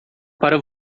para